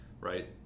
right